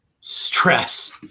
stress